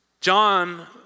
John